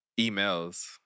emails